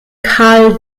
karl